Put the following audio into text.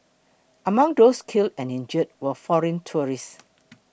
among those killed and injured were foreign tourists